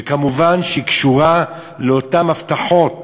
וכמובן, היא קשורה לאותן הבטחות